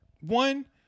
One